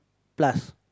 plus